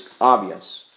obvious